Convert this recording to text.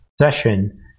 session